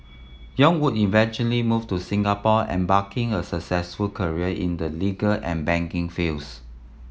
yong would eventually move to Singapore embarking a successful career in the legal and banking fields